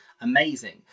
amazing